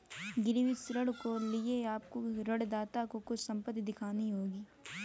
गिरवी ऋण के लिए आपको ऋणदाता को कुछ संपत्ति दिखानी होगी